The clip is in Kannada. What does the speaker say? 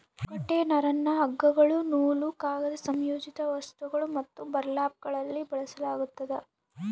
ತೊಗಟೆ ನರನ್ನ ಹಗ್ಗಗಳು ನೂಲು ಕಾಗದ ಸಂಯೋಜಿತ ವಸ್ತುಗಳು ಮತ್ತು ಬರ್ಲ್ಯಾಪ್ಗಳಲ್ಲಿ ಬಳಸಲಾಗ್ತದ